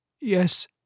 Yes